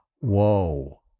Whoa